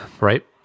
Right